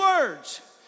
words